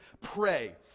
pray